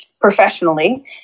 professionally